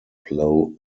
plough